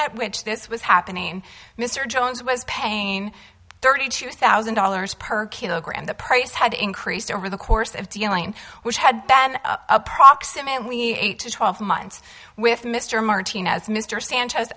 at which this was happening mr jones was paying thirty two thousand dollars per kilogram the price had increased over the course of dealing which had ben approximately eight to twelve months with mr martinez mr sanchez